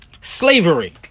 Slavery